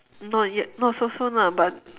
not yet not so soon lah but